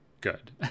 good